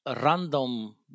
random